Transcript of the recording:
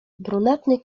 brunatny